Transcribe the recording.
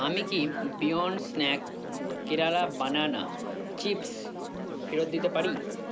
আমি কি beyond snack Kerala banana chips ফেরত দিতে পারি